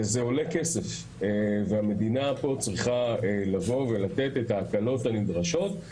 זה עולה כסף והמדינה פה צריכה לבוא ולתת את ההקלות הנדרשות.